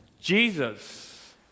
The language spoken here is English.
Jesus